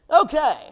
Okay